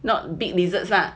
not big lizards lah